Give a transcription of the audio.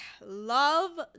love